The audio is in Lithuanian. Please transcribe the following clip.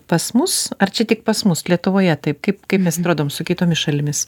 pas mus ar čia tik pas mus lietuvoje taip kaip kaip mes atrodom su kitomis šalimis